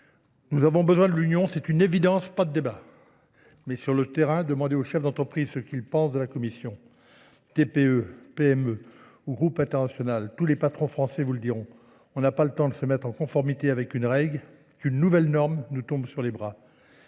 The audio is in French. Nous avons besoin de l'Union, c'est une évidence, pas de débat. Mais sur le terrain, demandez aux chefs d'entreprise ce qu'ils pensent de la Commission. TPE, PME ou groupe international, tous les patrons français vous le diront. On n'a pas le temps de se mettre en conformité avec une règle, qu'une nouvelle norme nous tombe sur les bras.